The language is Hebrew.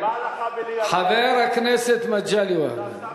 מה לך ול, מה לך ול, חבר הכנסת מגלי והבה,